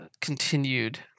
continued